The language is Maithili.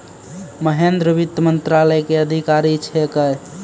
महेन्द्र वित्त मंत्रालय के अधिकारी छेकै